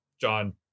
John